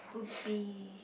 would be